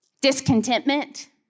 discontentment